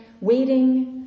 Waiting